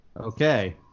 Okay